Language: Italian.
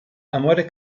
amore